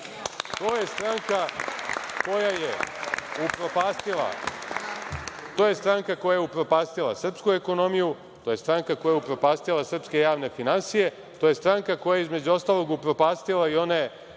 To je stranka koja je upropastila srpsku ekonomiju, to je stranka koja je upropastila srpske javne finansije, to je stranka koja je, između ostalog, upropastila i one